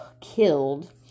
killed